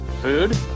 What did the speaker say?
Food